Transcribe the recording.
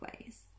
ways